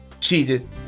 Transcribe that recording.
cheated